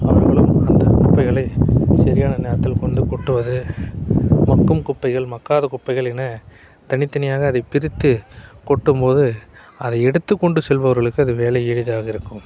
அவர்களும் அந்த குப்பைகளை சரியான நேரத்தில் கொண்டு கொட்டுவது மக்கும் குப்பைகள் மக்காத குப்பைகள் என தனித்தனியாக அதை பிரித்து கொட்டும்போது அதை எடுத்துக்கொண்டு செல்பவர்களுக்கு அது வேலை எளிதாக இருக்கும்